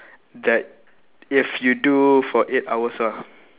that if you do for eight hours ah